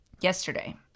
Yesterday